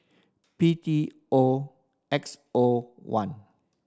P T O X O one